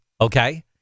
okay